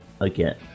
Again